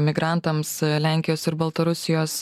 migrantams lenkijos ir baltarusijos